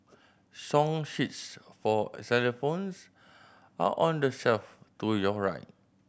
song sheets for xylophones are on the shelf to your right